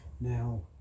Now